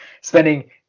spending